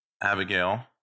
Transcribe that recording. Abigail